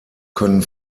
können